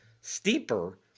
steeper